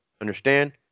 Understand